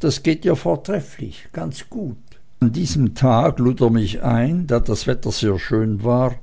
das geht ja vortrefflich ganz gut an diesem tage lud er mich ein da das wetter sehr schön war